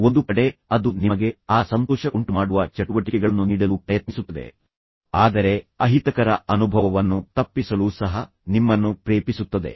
ಒಂದು ಕಡೆ ಅದು ನಿಮಗೆ ಆ ಸಂತೋಷ ಉಂಟುಮಾಡುವ ಚಟುವಟಿಕೆಗಳನ್ನು ನೀಡಲು ಪ್ರಯತ್ನಿಸುತ್ತದೆ ಆದರೆ ಅಹಿತಕರ ಅನುಭವವನ್ನು ತಪ್ಪಿಸಲು ಸಹ ನಿಮ್ಮನ್ನು ಪ್ರೇರೇಪಿಸುತ್ತದೆ